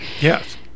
yes